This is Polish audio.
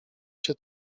się